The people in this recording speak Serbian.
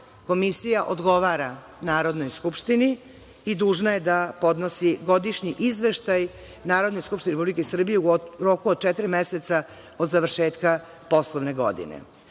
komisija odgovara Narodnoj skupštini i dužna je da podnosi godišnji izveštaj Narodnoj skupštini Republike Srbije u roku od četiri meseca od završetka poslovne godine.